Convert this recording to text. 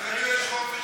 לנו יש חופש